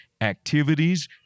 activities